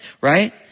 right